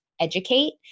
educate